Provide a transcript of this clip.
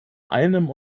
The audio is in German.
einem